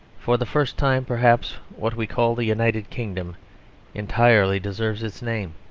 for the first time, perhaps, what we call the united kingdom entirely deserves its name.